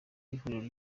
w’ihuriro